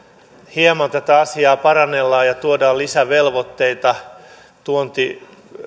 hieman tätä asiaa parannellaan ja tuodaan lisävelvoitteita tuontiöljy yhtiöille